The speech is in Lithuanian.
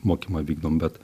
mokymą vykdom bet